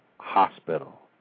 hospital